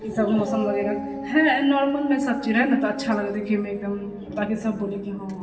ई सब मौसम वगैरह हैय नॉर्मलमे सब चीज रहै नहि तऽ अच्छा लगै देखैमे एकदम ताकि सब बोलै कि हँ